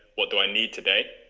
what do i need today?